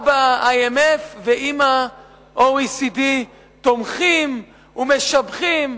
אבא IMF ואמא OECD תומכים ומשבחים.